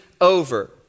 over